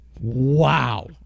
wow